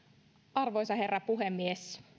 arvoisa herra puhemies